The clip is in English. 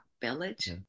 village